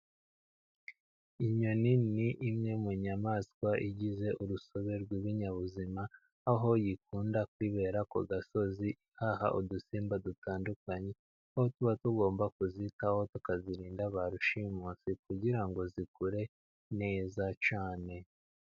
Inyoni ni imwe mu nyamaswa igize urusobe rw'ibinyabuzima aho iyi ikunda kwibera ku gasozi nk' aha, udusimba dutandukanye aho tuba tugomba kuzitaho tukazirinda ba rushimusi kugira ngo zikure neza cyane.